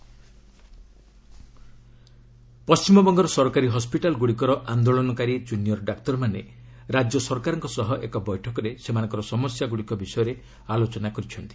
WB doctors meeting ପଶ୍ଚିମବଙ୍ଗର ସରକାରୀ ହସ୍କିଟାଲ୍ଗୁଡ଼ିକର ଆନ୍ଦୋଳନକାରୀ ଜୁନିୟର୍ ଡାକ୍ତରମାନେ ରାଜ୍ୟ ସରକାରଙ୍କ ସହ ଏକ ବୈଠକରେ ସେମାନଙ୍କର ସମସ୍ୟାଗ୍ରଡ଼ିକ ବିଷୟରେ ଆଲୋଚନା କରିଛନ୍ତି